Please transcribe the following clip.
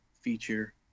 feature